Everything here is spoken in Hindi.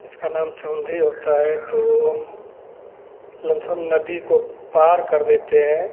इसका नाम चौंधी होता है तो हम लमसम नदी को पार कर देते हैं